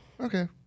Okay